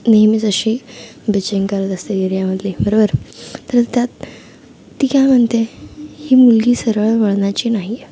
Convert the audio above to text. नेहमीच अशी बिचिंग करत असते एरियामधली बरोबर तर त्यात ती काय म्हणते ही मुलगी सरळ वळणाची नाही आहे